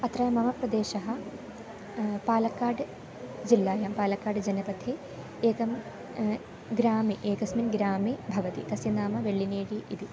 अत्र मम प्रदेशः पालक्काड् जिल्लायां पालक्काड् जनपदे एकस्मिन् ग्रामे एकस्मिन् ग्रामे भवति तस्य नाम वेल्लिनेरि इति